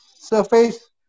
surface